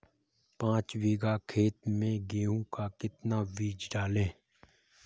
पाँच बीघा खेत में गेहूँ का कितना बीज डालें?